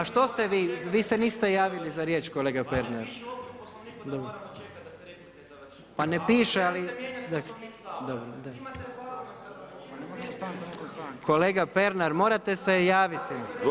A što ste vi, vi se niste javili za riječ kolega Pernar. … [[Upadica se ne čuje.]] Pa ne piše, … [[Upadica se ne čuje.]] Kolega Pernar, morate se javiti.